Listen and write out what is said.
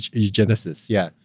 eugenesis, yeah.